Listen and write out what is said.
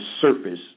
surface